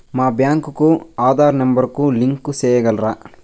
మా బ్యాంకు కు ఆధార్ నెంబర్ కు లింకు సేయగలరా?